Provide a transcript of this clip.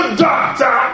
doctor